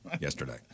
yesterday